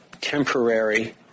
temporary